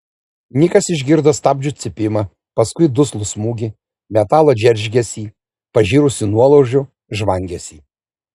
nikas išgirdo stabdžių cypimą paskui duslų smūgį metalo džeržgesį pažirusių nuolaužų žvangesį